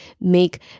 make